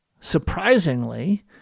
surprisingly